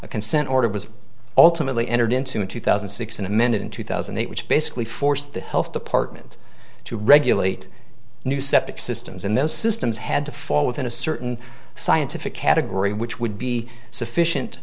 a consent order was ultimately entered into in two thousand and six and amended in two thousand and eight which basically forced the health department to regulate new septic systems and those systems had to fall within a certain scientific category which would be sufficient